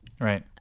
Right